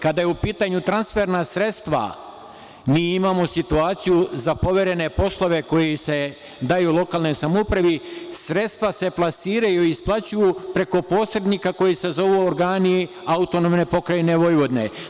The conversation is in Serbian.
Kada su u pitanju transferna sredstva, mi imamo situaciju za poverene poslove koji se daju lokalnoj samoupravi, sredstva se plasiraju i isplaćuju preko posrednika koji se zovu organi AP Vojvodine.